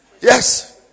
Yes